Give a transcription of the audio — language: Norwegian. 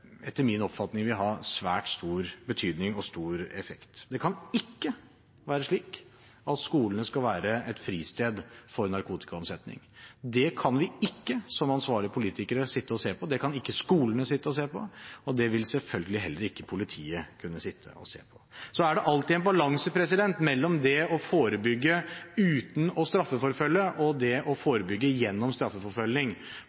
etter min oppfatning, vil ha en svært stor betydning og stor effekt. Det kan ikke være slik at skolene skal være et fristed for narkotikaomsetning. Det kan vi ikke som ansvarlige politikere sitte og se på. Det kan ikke skolene sitte og se på, og det vil selvfølgelig heller ikke politiet kunne sitte og se på. Så er det alltid en balanse mellom det å forebygge uten å straffeforfølge og det å